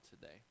today